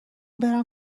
برم